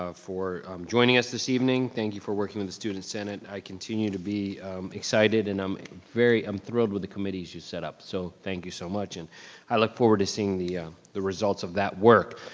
for joining us this evening, thank you for working with the student senate. i continue to be excited, and i'm very, i'm thrilled with the committees you set up. so, thank you so much, and i look forward to seeing the the results of that work.